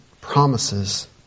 promises